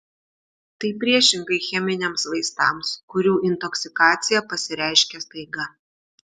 tai priešingai cheminiams vaistams kurių intoksikacija pasireiškia staiga